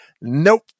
nope